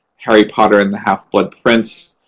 harry potter and the half-blood prince,